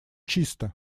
чисто